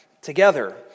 together